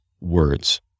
words